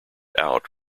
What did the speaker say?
out